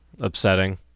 upsetting